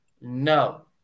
No